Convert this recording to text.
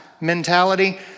mentality